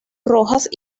rojas